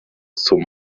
zum